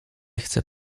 chcę